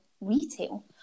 retail